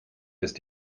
ist